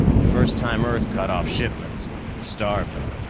the first time earth cut off shipments and starved them.